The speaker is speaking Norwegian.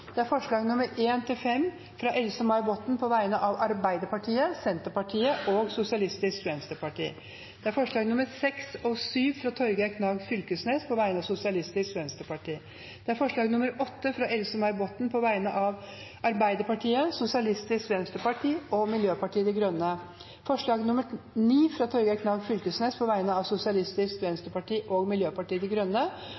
alt ti forslag. Det er forslagene nr. 1–5, fra Else-May Botten på vegne av Arbeiderpartiet, Senterpartiet og Sosialistisk Venstreparti forslagene nr. 6 og 7, fra Torgeir Knag Fylkesnes på vegne av Sosialistisk Venstreparti forslag nr. 8, fra Else-May Botten på vegne av Arbeiderpartiet, Sosialistisk Venstreparti og Miljøpartiet De Grønne forslag nr. 9, fra Torgeir Knag Fylkesnes på vegne av Sosialistisk